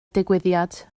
digwyddiad